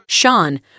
Sean